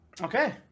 Okay